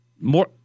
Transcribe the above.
More